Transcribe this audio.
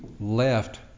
left